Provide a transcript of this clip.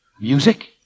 Music